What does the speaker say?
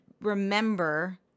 remember